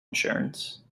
insurance